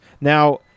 Now